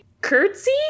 curtsy